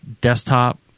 desktop